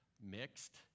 mixed